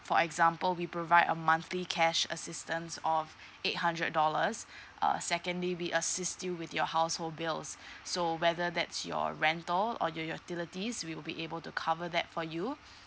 for example we provide a monthly cash assistance of eight hundred dollars uh secondly we assist you with your household bills so whether that's your rental or your utilities we'll be able to cover that for you